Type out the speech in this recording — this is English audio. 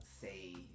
say